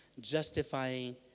justifying